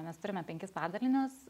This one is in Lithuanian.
mes turime penkis padalinius